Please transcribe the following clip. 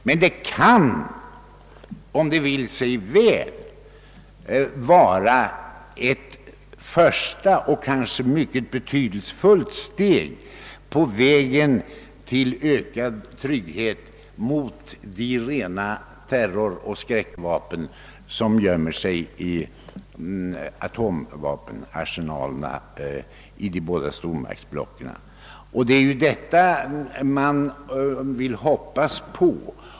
Avtalet kan dock, om det vill sig väl, vara ett första och kanske mycket betydelsefullt steg på vägen till ökad trygghet gentemot de rena terroroch skräckvapen som gömmer sig i de båda stormaktsblockens atomvapenarsenaler. Det är detta man vill hoppas.